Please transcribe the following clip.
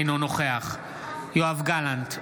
אינו נוכח יואב גלנט,